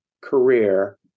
career